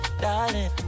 darling